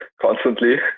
constantly